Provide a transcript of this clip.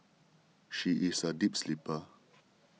she is a deep sleeper